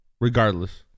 Regardless